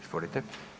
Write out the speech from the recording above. Izvolite.